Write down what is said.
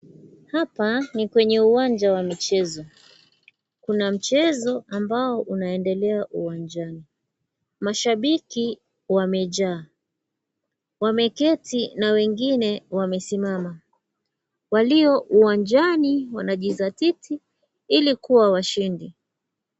Hapa ni kwenye uwanja wa michezo. Kuna mchezo ambao inaendelea uwanjani. Mashabiki wamejaa. Wameketi na wengine wamesimama. Walio uwanjani, wanajizatiti ili kuwa washindi.